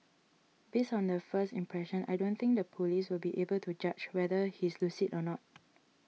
based on the first impression I don't think the police will be able to judge whether he's lucid or not